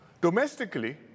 Domestically